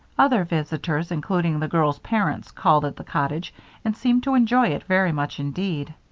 other visitors, including the girls' parents, called at the cottage and seemed to enjoy it very much indeed.